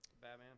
Batman